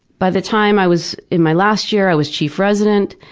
by the time i was in my last year i was chief resident,